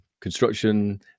construction